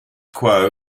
quo